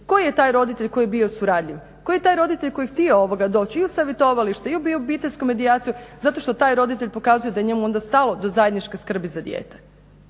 koji je taj roditelj koji je bio suradljiv, koji je taj roditelj koji je htio doći i u savjetovalište i u obiteljsku medijaciju zato što taj roditelj pokazuje da je njemu onda stalo do zajedničke skrbi za dijete.